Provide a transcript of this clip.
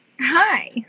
Hi